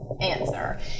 answer